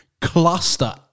cluster